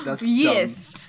Yes